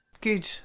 Good